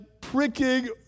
pricking